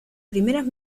primeras